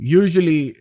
usually